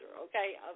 okay